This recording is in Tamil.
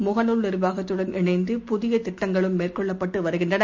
முகநூல் நிர்வாகத்துடன் இணைந்து புதியதிட்டங்களும் மேற்கொள்ளப்பட்டுவருகின்றன